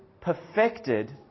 perfected